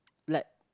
like